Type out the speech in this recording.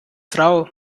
frau